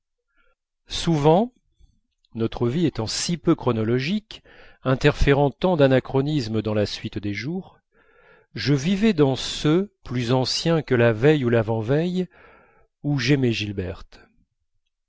souvent notre vie étant si peu chronologique interférant tant d'anachronismes dans la suite des jours je vivais dans ceux plus anciens que la veille ou l'avant-veille où j'aimais gilberte